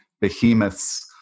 behemoths